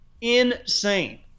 insane